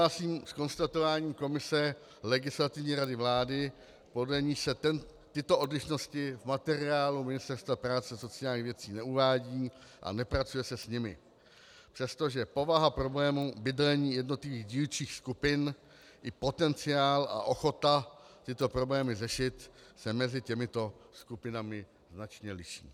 Souhlasím s konstatováním komise Legislativní rady vlády, podle níž se tyto odlišnosti v materiálu Ministerstva práce a sociálních věcí neuvádějí a nepracuje se s nimi, přestože povaha problému bydlení jednotlivých dílčích skupin i potenciál a ochota tyto problémy řešit se mezi těmito skupinami značně liší.